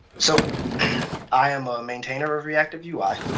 so i am a maintainer of reactiveui.